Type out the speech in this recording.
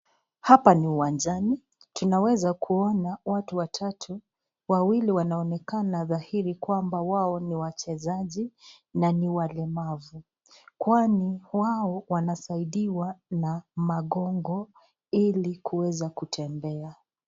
Hapa ni uwanjani, tunaweza kuona watu watatu wawili wanaonekana dhahiri kwamba wao ni wachezaji na ni walemavu kwani wanasaidiwa na magongo ili kuweza kutembea.